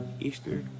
Easter